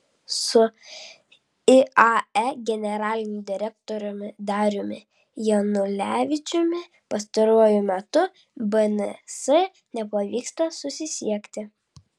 su iae generaliniu direktoriumi dariumi janulevičiumi pastaruoju metu bns nepavyksta susisiekti